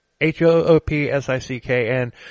H-O-O-P-S-I-C-K-N